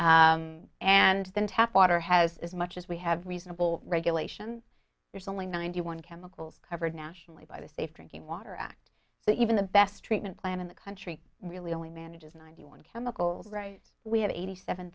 and then tap water has as much as we have reasonable regulation there's only ninety one chemicals covered nationally by the safe drinking water act but even the best treatment plan in the country really only manages ninety one chemical we have eighty seven